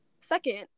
second